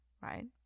right